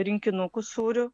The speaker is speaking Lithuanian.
rinkinukus sūrių